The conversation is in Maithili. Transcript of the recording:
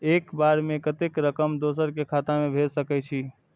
एक बार में कतेक रकम दोसर के खाता में भेज सकेछी?